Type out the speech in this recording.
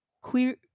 queer